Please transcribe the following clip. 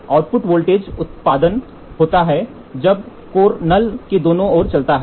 output voltage उत्पन्न होता है जब कोर नल के दोनों ओर चलता है